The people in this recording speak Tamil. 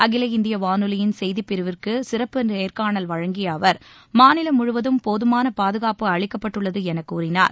அகில இந்திய வனொலியின் செய்தி பிரிவிற்கு சிறப்பு நேர்காணல் வழங்கிய அவர் மாநிலம் முழுவதும் போதுமான பாதுகாப்பு அளிக்கப்பட்டுள்ளது என கூறினார்